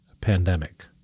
pandemic